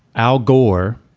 al gore